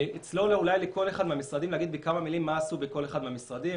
אני אצלול לכל אחד מהמשרדים להגיד בכמה מילים מה עשו בכל אחד מהמשרדים.